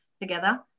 together